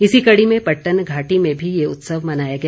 इसी कड़ी में पट्टन घाटी में भी ये उत्सव मनाया गया